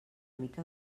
mica